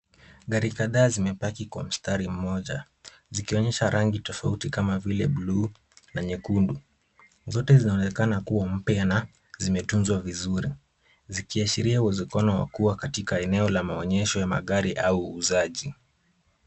Gari kadhaa zimepaki kwa mstari mmoja zikionyesha rangi tofauti kama vile blue na nyekundu. Zote zinaonekana kuwa mpya na zimetunzwa vizuri zikiashiria uwezekano wa kuwa katika eneo la maonyesho ya magari au uuzaji.